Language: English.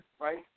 right